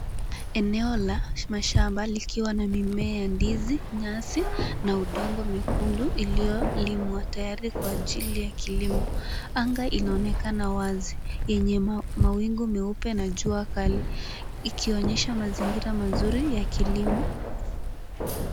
Eneo la mashamba likiwa na mimea ndizi ,nyasi na udongo nyekundu iliyolimwa, tayari kwa ajili ya kilimo. Anga inaonekana wazi yenye mawingu meupe na jua kali ikionyesha mazingira mazuri ya kilimo.